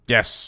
Yes